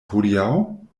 hodiaŭ